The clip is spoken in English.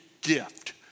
gift